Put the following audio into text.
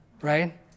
Right